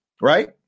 right